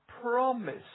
promise